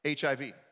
HIV